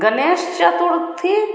Ganesh Chaturthi